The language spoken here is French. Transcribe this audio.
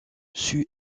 sue